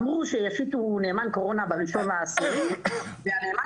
אמרו שיהיה נאמן קורונה ב-1 באוקטובר ונאמן